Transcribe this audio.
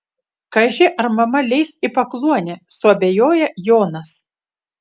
kaži ar mama leis į pakluonę suabejoja jonas